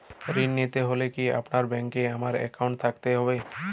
ঋণ নিতে হলে কি আপনার ব্যাংক এ আমার অ্যাকাউন্ট থাকতে হবে?